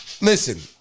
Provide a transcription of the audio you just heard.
listen